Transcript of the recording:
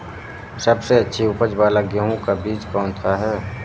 सबसे अच्छी उपज वाला गेहूँ का बीज कौन सा है?